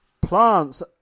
Plants